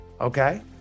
okay